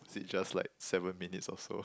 is it just like seven minutes or so